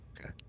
Okay